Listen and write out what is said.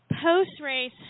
post-race